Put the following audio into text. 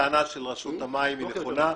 הטענה של רשות המים היא נכונה,